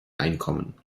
einkommen